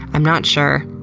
i'm not sure.